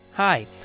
Hi